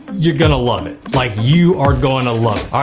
you're gonna love it. like, you are gonna love